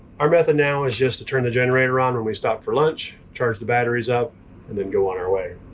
our method now is just to turn the generator on when we stop for lunch, charge the batteries up and then go on our way.